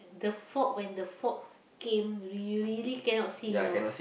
the fog when the fog came you really cannot see you know